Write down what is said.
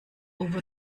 over